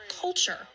culture